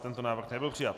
Tento návrh nebyl přijat.